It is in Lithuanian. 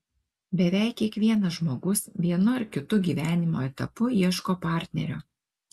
beveik kiekvienas žmogus vienu ar kitu gyvenimo etapu ieško partnerio